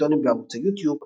סרטונים בערוץ היוטיוב